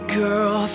girl